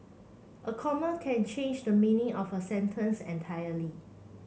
a comma can change the meaning of a sentence entirely